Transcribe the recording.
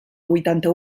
huitanta